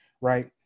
right